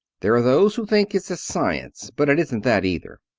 there are those who think it's a science. but it isn't that either.